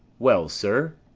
well, sir.